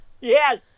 Yes